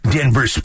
Denver